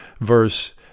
verse